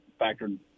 factored